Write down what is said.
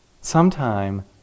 sometime